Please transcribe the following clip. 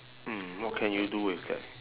mm what can you do with that